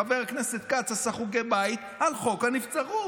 חבר הכנסת כץ עשה חוגי בית על חוק הנבצרות.